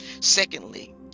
Secondly